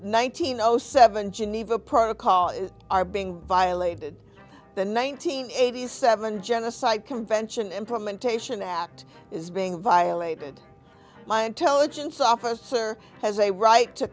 hundred seven geneva protocol are being violated the nineteen eighty seven genocide convention implementation act is being violated my intelligence officer has a right to